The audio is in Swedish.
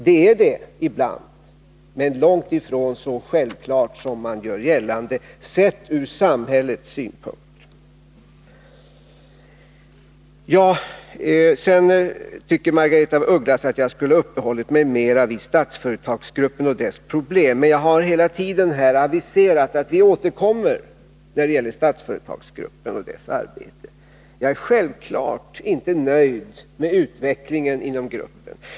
Den är det ibland, men sett ur samhällets synpunkt är detta långt ifrån så självklart som man gör gällande. Margaretha af Ugglas tycker att jag skulle ha uppehållit mig mera vid Statsföretagsgruppen och dess problem. Men jag har hela tiden aviserat att vi återkommer när det gäller Statsföretagsgruppen och dess arbete. Jag är självfallet inte nöjd med utvecklingen inom gruppen.